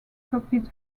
copied